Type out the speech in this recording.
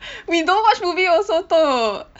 we don't watch movie also toh